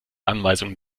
anweisungen